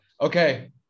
okay